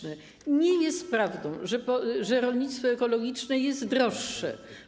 Nie jest prawdą, że rolnictwo ekologiczne jest droższe.